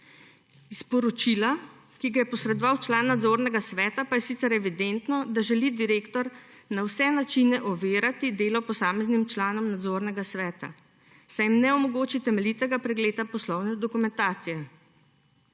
Iz sporočila, ki ga je posredoval član nadzornega sveta, pa je sicer evidentno, da želi direktor na vse načine ovirati delo posameznim članom nadzornega sveta, saj jim ne omogoči temeljitega pregleda poslovne dokumentacije.